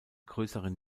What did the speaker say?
größere